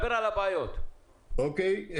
אוקיי.